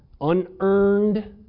unearned